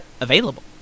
Available